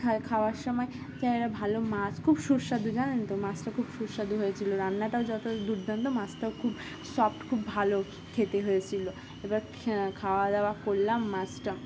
খাওয়ার সময় জে একটা ভালো মাছ খুব সুস্বাদু জানেন তো মাছটা খুব সুস্বাদু হয়েছিলো রান্নাটাও যত দুর্দান্ত মাছটাও খুব সফট খুব ভালো খেতে হয়েছিলো এবার খাওয়া দাওয়া করলাম মাছটা